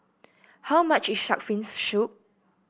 how much is shark fin's soup